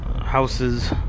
houses